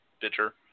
pitcher